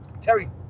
Terry